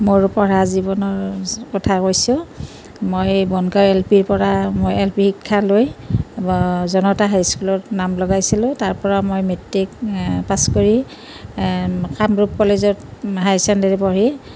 মই পঢ়া জীৱনৰ কথা কৈছোঁ মই বনগাঁও এল পিৰ পৰা মই এল পি শিক্ষা লৈ জনতা হাইস্কুলত নাম লগাইছিলোঁ তাৰ পৰা মই মেট্ৰিক পাছ কৰি কামৰূপ কলেজত হায়াৰ চেকেণ্ডেৰী পঢ়ি